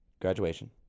Graduation